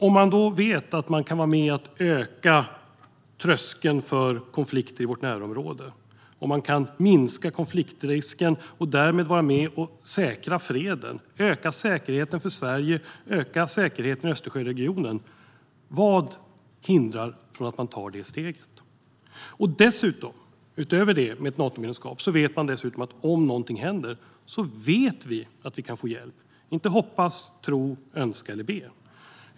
Om man vet att man kan vara med och höja tröskeln för konflikter i vårt närområde, minska konfliktrisken och därmed vara med och säkra freden och öka säkerheten för Sverige och i Östersjöregionen - vad är hindret för att ta det steget? Med ett Natomedlemskap vet man dessutom att man kan få hjälp om något händer; man behöver inte hoppas, tro, önska eller be.